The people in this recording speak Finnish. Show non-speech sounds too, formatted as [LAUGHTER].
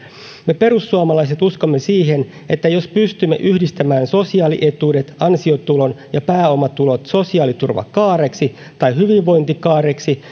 me perussuomalaiset uskomme siihen että jos pystymme yhdistämään sosiaalietuudet ansiotulon ja pääomatulot sosiaaliturvakaareksi tai hyvinvointikaareksi [UNINTELLIGIBLE]